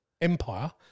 Empire